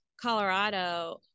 Colorado